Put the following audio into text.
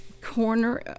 corner